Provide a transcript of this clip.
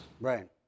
Right